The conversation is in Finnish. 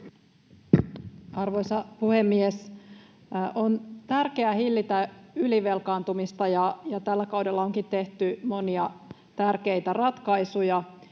Arvoisa puhemies! On tärkeää hillitä ylivelkaantumista, ja tällä kaudella onkin tehty monia tärkeitä ratkaisuja